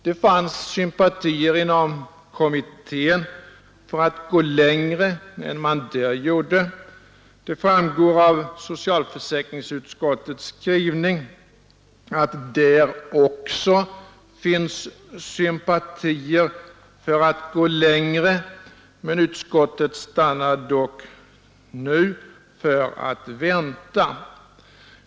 Det fanns sympatier inom kommittén för att gå längre än man gjorde. Det framgår av socialförsäkringsutskottets skrivning att det även där finns sympatier för att gå längre; utskottet stannade dock nu för att vänta.